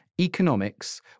Economics